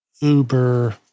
uber